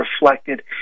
reflected